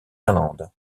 finlande